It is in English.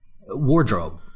wardrobe